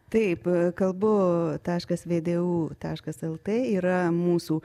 taip kalbu taškas vdu taškas lt yra mūsų